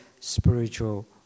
spiritual